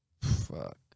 fuck